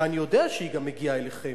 ואני יודע שהיא גם מגיעה אליכם,